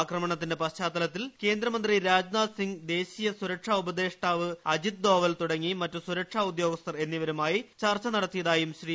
ആക്രമണത്തിന്റെ പശ്ചാത്തലത്തിൽ കേന്ദ്രമന്ത്രി രാജ് നാഥ് സിങ് ദേശീയ സുരക്ഷാ ഉപദേഷ്ടാവ് അജിത്ത് ഡോവൽ തുടങ്ങി മറ്റ് സുരക്ഷ ഉദ്യോഗസ്ഥർ എന്നിവരുമായി ചർച്ച നടത്തിയതായും ശ്രീ